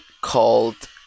called